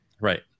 Right